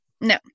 no